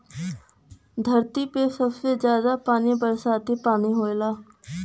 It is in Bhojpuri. धरती पे सबसे जादा पानी बरसाती पानी होला